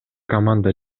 команда